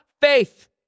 faith